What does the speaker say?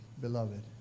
beloved